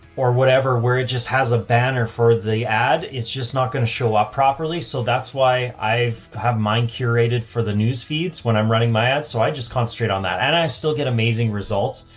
or whatever, where it just has a banner for the ad. it's just not gonna show up properly. so that's why i've had mine curated for the newsfeeds when i'm running my ads. so i just concentrate on that and i still get amazing results.